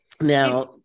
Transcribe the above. Now